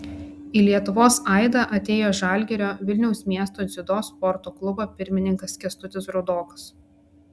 į lietuvos aidą atėjo žalgirio vilniaus miesto dziudo sporto klubo pirmininkas kęstutis rudokas